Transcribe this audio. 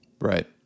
Right